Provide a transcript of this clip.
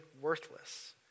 worthless